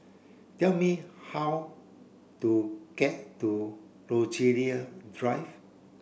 tell me how to get to Rochalie Drive